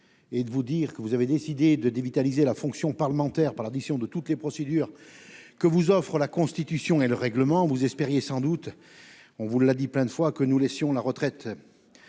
pour vous dire que vous avez décidé de dévitaliser la fonction parlementaire par l'addition de toutes les procédures que vous offrent la Constitution et le règlement. Vous espériez sans doute- nous vous l'avons dit de nombreuses fois ... Ah bon ?... que nous laisserions la retraite